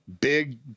big